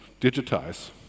digitize